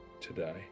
today